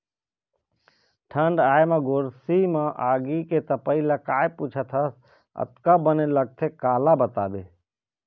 ठंड आय म गोरसी म आगी के तपई ल काय पुछत हस अतका बने लगथे काला बताबे